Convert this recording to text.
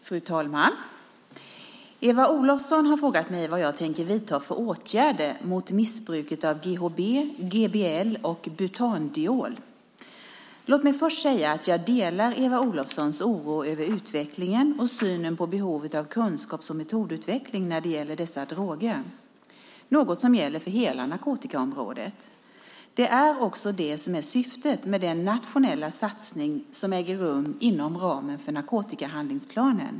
Fru talman! Eva Olofsson har frågat mig vad jag tänker vidta för åtgärder mot missbruket av GHB, GBL och butandiol. Låt mig först säga att jag delar Eva Olofssons oro över utvecklingen och synen på behovet av kunskaps och metodutveckling när det gäller dessa droger. Det är något som också gäller för hela narkotikaområdet. Det är också det som är syftet med den nationella satsning som äger rum inom ramen för narkotikahandlingsplanen.